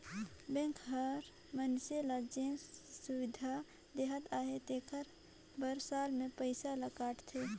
bank हर मइनसे ल जेन सुबिधा देहत अहे तेकर बर साल में पइसा ल काटथे